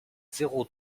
zéro